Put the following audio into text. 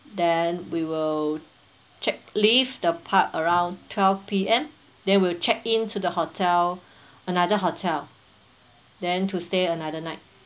then we will check leave the park around twelve P_M then we'll check into the hotel another hotel then to stay another night